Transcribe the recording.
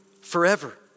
forever